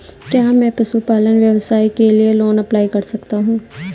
क्या मैं पशुपालन व्यवसाय के लिए लोंन अप्लाई कर सकता हूं?